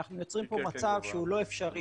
אנחנו יוצרים פה מצב שהוא לא אפשרי.